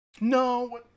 No